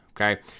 okay